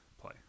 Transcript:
play